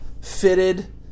fitted